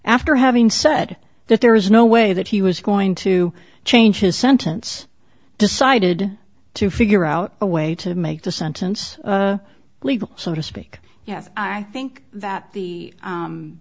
after having said that there is no way that he was going to change his sentence decided to figure out a way to make the sentence legal so to speak yes i think that the